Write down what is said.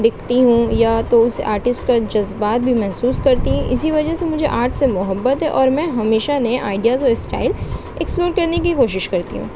دکھتی ہوں یا تو اس آرٹسٹ کا جذبات بھی محسوس کرتی ہوں اسی وجہ سے مجھے آرٹ سے محبت ہے اور میں ہمیشہ نئے آئیڈیاز اور اسٹائل ایکسپلور کرنے کی کوشش کرتی ہوں